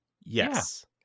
Yes